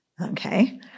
Okay